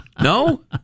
No